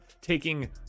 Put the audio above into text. taking